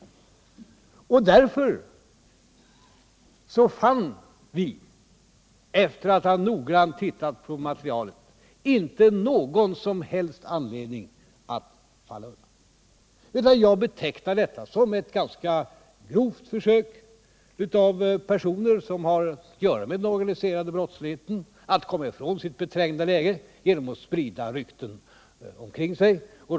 Vi fann all:så, efter att noggrant ha tittat på materialet, inte någon som helst anledning at": falla undan. Jag betecknar det som ett ganska grovt försök av personer, som har att göra med den organiserade brottsligheten, att komma ifrån sitt trängda läge genom att sprida rykten omkring sig — och.